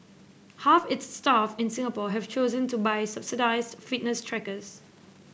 half its staff in Singapore have chosen to buy subsidised fitness trackers